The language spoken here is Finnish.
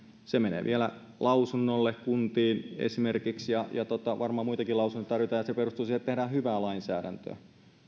se menee vielä esimerkiksi lausunnolle kuntiin ja ja varmaan muitakin lausuntoja tarvitaan se perustuu siihen että tehdään hyvää lainsäädäntöä